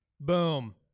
Boom